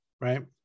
right